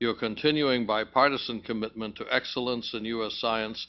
your continuing bipartisan commitment to excellence and us science